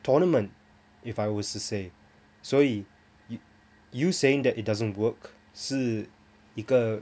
tournament if I was to say 所以 you saying that it doesn't work 是一个